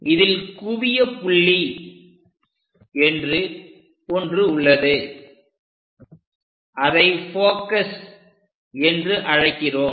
இதில் குவியப்புள்ளி என்று ஒன்று உள்ளது அதை ஃபோகஸ் என்று அழைக்கிறோம்